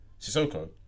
Sissoko